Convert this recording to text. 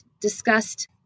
discussed